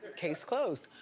case closed.